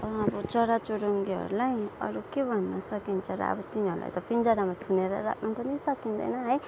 चरा चुरुङ्गीहरूलाई अरू के भन्न सकिन्छ र तिनीहरूलाई त पिँजरामा थुनेर पनि राख्न पनि सकिँदैन है